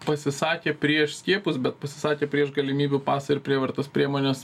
pasisakė prieš skiepus bet pasisakė prieš galimybių pasą ir prievartos priemones